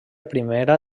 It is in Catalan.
primera